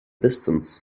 distance